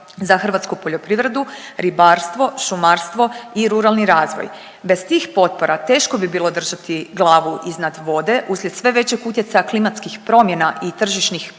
za hrvatsku poljoprivredu, ribarstvo, šumarstvo i ruralni razvoj. Bez tih potpora teško bi bilo držati glavu iznad vode uslijed sve većeg utjecaja klimatskih promjena i tržišnih